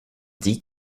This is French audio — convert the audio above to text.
dit